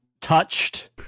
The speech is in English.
touched